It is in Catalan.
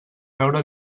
veure